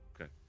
Okay